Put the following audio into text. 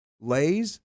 Lay's